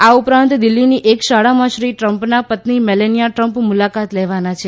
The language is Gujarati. આ ઉપરાંત દિલ્ફીની એક શાળામાં શ્રી ટ્રમ્પના પત્ની મેલનિયા ટ્રમ્પ મુલાકાત લેવાના છે